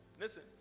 Listen